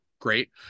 Great